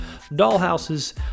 dollhouses